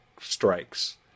strikes